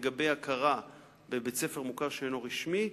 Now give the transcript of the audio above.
לגבי הכרה בבית-ספר מוכר שאינו רשמי,